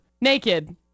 naked